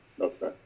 Okay